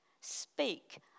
Speak